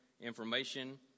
information